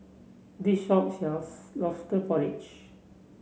this shop sells lobster porridge